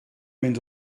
mynd